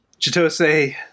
Chitose